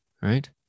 right